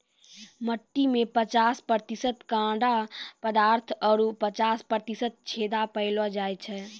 मट्टी में पचास प्रतिशत कड़ा पदार्थ आरु पचास प्रतिशत छेदा पायलो जाय छै